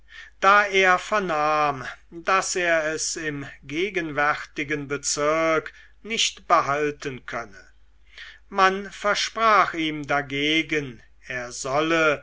da er vernahm daß er es im gegenwärtigen bezirk nicht behalten könne man versprach ihm dagegen er solle